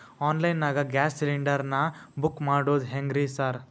Online ನಾಗ gas cylinder ನಾ book ಮಾಡೋದ್ ಹೆಂಗ್ರಿ ಸಾರ್?